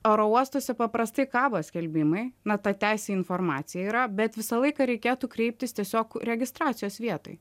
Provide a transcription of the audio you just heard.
oro uostuose paprastai kabo skelbimai na ta teisė į informaciją yra bet visą laiką reikėtų kreiptis tiesiog registracijos vietoj